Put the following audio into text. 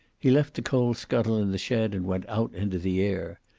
he left the coal scuttle in the shed, and went out into the air.